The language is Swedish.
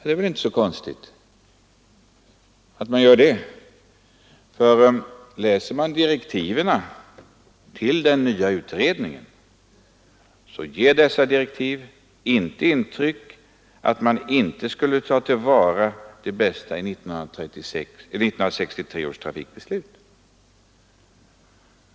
Det är väl inte så konstigt att utskottet gör det, för direktiven till den nya utredningen ger inte intryck av att man inte skulle ta till vara det bästa i 1963 års trafikbeslut.